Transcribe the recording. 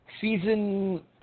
Season